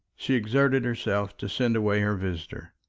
she exerted herself to send away her visitor.